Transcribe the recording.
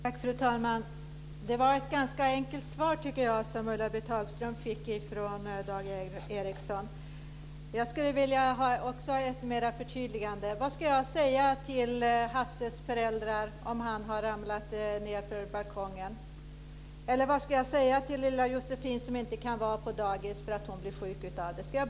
Fru talman! Jag tycker att det var ett ganska enkelt svar som Ulla-Britt Hagström fick av Dag Ericson. Jag skulle vilja ha ett förtydligande. Vad ska jag säga till Hasses föräldrar om han har ramlat ned från balkongen? Eller vad ska jag säga till lilla Josefin som inte kan vara på dagis för att hon blir sjuk av att vistas där?